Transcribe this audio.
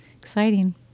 exciting